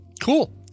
Cool